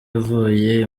ivuye